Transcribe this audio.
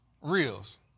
reels